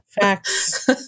Facts